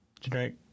Generic